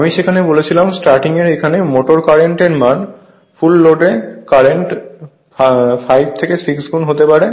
আমি সেখানে বলেছিলাম স্টার্টিং এর এখানে মোটর কারেন্ট এর মান ফুল লোড কারেন্টের 5 থেকে 6 গুণ বড় হতে পারে